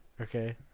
Okay